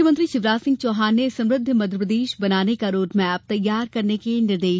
मुख्यमंत्री शिवराज सिंह चौहान ने समृद्ध मध्यप्रदेश बनाने का रोडमैप तैयार करने के दिये निर्देश